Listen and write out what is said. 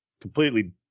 completely